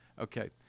Okay